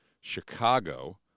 Chicago